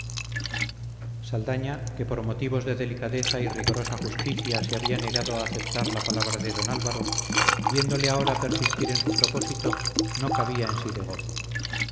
saldaña que por motivos de delicadeza y rigorosa justicia se había negado a aceptar la palabra de don álvaro viéndole ahora persistir en su propósito no cabía en sí de gozo